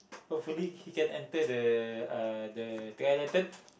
hopefully he can enter the uh the triathlon